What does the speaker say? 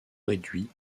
réduits